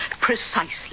Precisely